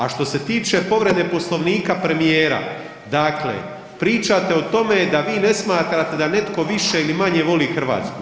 A što se tiče povrede Poslovnika premijera, dakle pričate o tome da vi ne smatrate da netko više ili manje voli Hrvatsku.